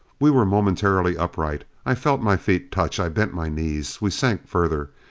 we were momentarily upright. i felt my feet touch. i bent my knees. we sank further.